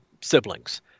siblings